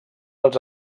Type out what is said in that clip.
als